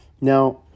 Now